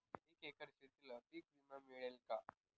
एका एकर शेतीला पीक विमा मिळेल का?